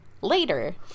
later